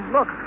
Look